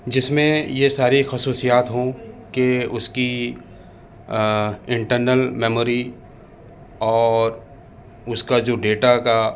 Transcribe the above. جس میں یہ ساری خصوصیات ہوں کہ اس کی انٹرنل میموری اور اس کا جو ڈیٹا کا